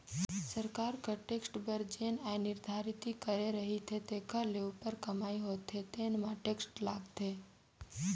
सरकार कर टेक्स बर जेन आय निरधारति करे रहिथे तेखर ले उप्पर कमई हो जाथे तेन म टेक्स लागथे